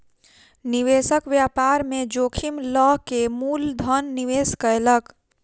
निवेशक व्यापार में जोखिम लअ के मूल धन निवेश कयलक